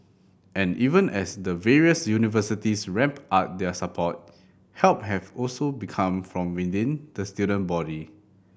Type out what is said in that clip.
and even as the various universities ramp up their support help has also become from within the student body